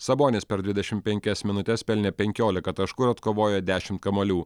sabonis per dvidešim penkias minutes pelnė penkiolika taškų ir atkovojo dešimt kamuolių